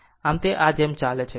આમ તે તે આ જેમ ચાલે છે